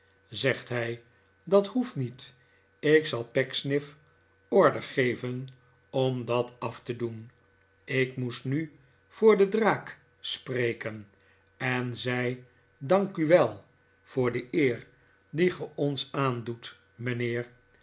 zegt hij dat hoeft niet ik zal pecksniff order geven om dat af te doen ik moest nu voor de draak spreken en zei dank u wel voor de eer die ge ons aandoet mijnheer